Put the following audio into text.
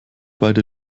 beide